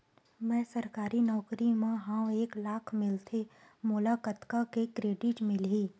मैं सरकारी नौकरी मा हाव एक लाख मिलथे मोला कतका के क्रेडिट मिलही?